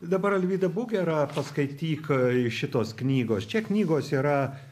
dabar alvyda būk gera paskaityk iš šitos knygos čia knygos yra